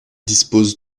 disposent